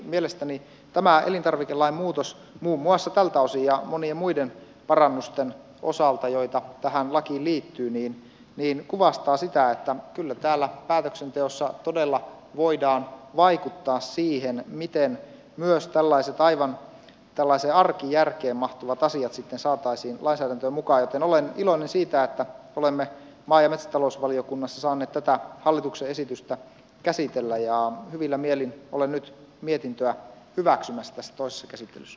mielestäni tämä elintarvikelain muutos muun muassa tältä osin ja monien muiden parannusten osalta joita tähän lakiin liittyy kuvastaa sitä että kyllä täällä päätöksenteossa todella voidaan vaikuttaa siihen miten myös tällaiset aivan tällaiseen arkijärkeen mahtuvat asiat sitten saataisiin lainsäädäntöön mukaan joten olen iloinen siitä että olemme maa ja metsätalousvaliokunnassa saaneet tätä hallituksen esitystä käsitellä ja hyvillä mielin olen nyt mietintöä hyväksymässä tässä toisessa käsittelyssä